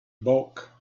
bulk